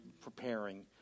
preparing